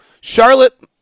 Charlotte